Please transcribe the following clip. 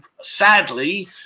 sadly